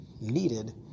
needed